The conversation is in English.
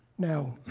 now,